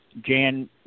jan